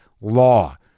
law